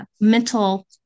mental